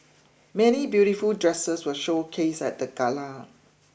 many beautiful dresses were showcased at the gala